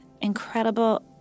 incredible